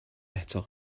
eto